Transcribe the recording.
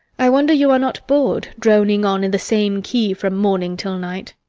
i wonder you are not bored, droning on in the same key from morning till night.